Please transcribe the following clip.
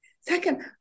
Second